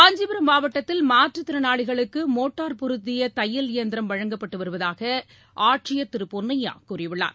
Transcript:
காஞ்சிபுரம் மாவட்டத்தில் மாற்றுத்திறனாளிகளுக்கு மோட்டார் பொருத்திய தையல் இயந்திரம் வழங்கப்பட்டு வருவதாக ஆட்சியர் திரு பொன்னையா கூறியுள்ளார்